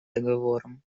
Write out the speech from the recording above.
договором